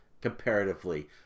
comparatively